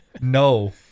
No